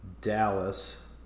Dallas